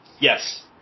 Yes